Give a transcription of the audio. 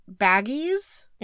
baggies